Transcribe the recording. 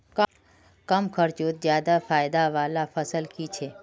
कम खर्चोत ज्यादा फायदा वाला फसल की छे?